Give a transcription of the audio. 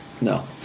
No